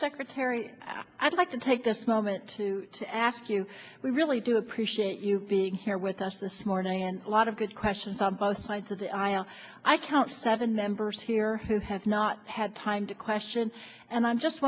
secretary i'd like to take this moment to to ask you we really do appreciate you being here with us this morning and a lot of good questions some post sides of the aisle i count seven members here who has not had time to question and i'm just